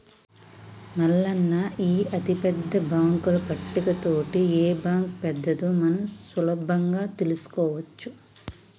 మల్లన్న ఈ అతిపెద్ద బాంకుల పట్టిక తోటి ఏ బాంకు పెద్దదో మనం సులభంగా తెలుసుకోవచ్చు